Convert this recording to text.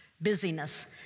Busyness